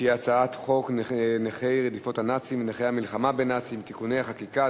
שהיא הצעת חוק נכי רדיפות הנאצים ונכי המלחמה בנאצים (תיקוני חקיקה),